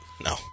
No